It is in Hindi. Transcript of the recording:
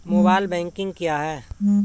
मोबाइल बैंकिंग क्या है?